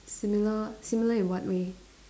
similar similar in what way